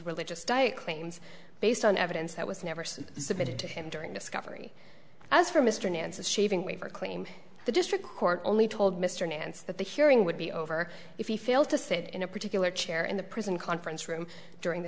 religious diet claims based on evidence that was never said submitted to him during discovery as for mr nance the shaving waiver claim the district court only told mr nance that the hearing would be over if he failed to sit in a particular chair in the prison conference room during the